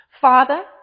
Father